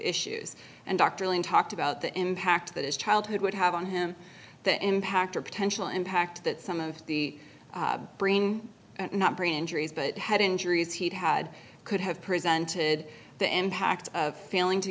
issues and dr len talked about the impact that his childhood would have on him the impact or potential impact that some of the brain not pre injury as but head injuries he'd had could have prevented the impact of failing to